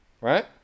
right